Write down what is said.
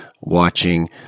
watching